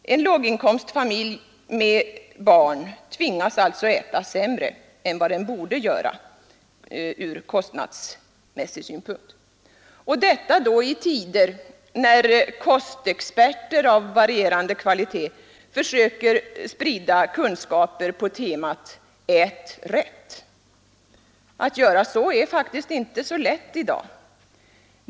En låginkomstfa milj med barn tvingas alltså äta sämre än vad den borde göra för att må bra, och detta i tider då kostexperter av varierande kvalitet försöker sprida kunskaper på temat ”ät rätt”. Att göra så är faktiskt inte lätt i dag.